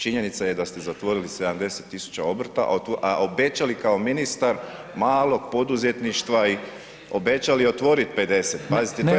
Činjenica je da ste zatvorili 70 000 obrta a obećali kao ministar malog poduzetništva, obećali otvoriti 50 00.